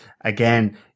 again